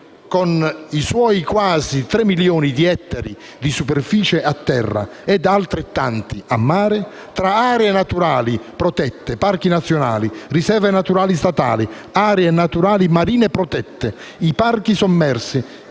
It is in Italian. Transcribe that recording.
con i suoi quasi 3 milioni di ettari di superficie a terra, e altrettanti a mare, tra aree naturali protette, parchi nazionali, riserve naturali statali, aree naturali marine protette, parchi sommersi